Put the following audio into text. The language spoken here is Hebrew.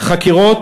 חקירות